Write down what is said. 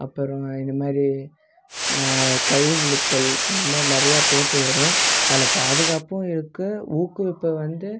அப்புறம் இது மாதிரி கயிறு இழுத்தல் இந்த மாதிரி நிறைய போட்டி வரும் அதில் பாதுகாப்பும் இருக்கும் ஊக்குவிப்பு வந்து